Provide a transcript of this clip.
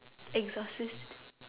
exorcist